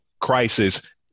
crisis